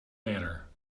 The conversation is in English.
manner